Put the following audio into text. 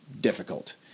difficult